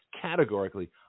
categorically